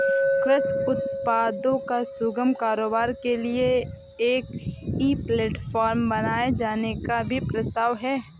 कृषि उत्पादों का सुगम कारोबार के लिए एक ई प्लेटफॉर्म बनाए जाने का भी प्रस्ताव है